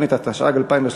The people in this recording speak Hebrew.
אחד נמנע.